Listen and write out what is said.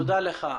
תודה לך.